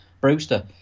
Brewster